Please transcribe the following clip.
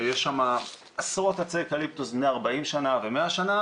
יש שם עשרות עצי אקליפטוס בין 40 ו-100 שנה